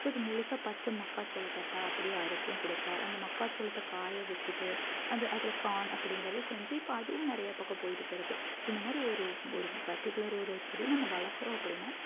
so இது முழுசாக பச்சை மக்காச்சோளத்தட்டா அப்படியே அறுத்தும் கொடுக்கலாம் இல்லை அந்த மக்காசோளத்த காயவச்சிட்டு அந்த அதில் கான் அப்படிங்கறது செஞ்சி இப்போ அதுவும் நிறைய பக்கம் போயிட்டுதான் இருக்குது ஸோ இந்தமாதிரி ஒரு ஒரு பர்டிகுலர் ஒரு செடியை நம்ம வளர்க்குறோம் அப்படினா